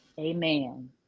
Amen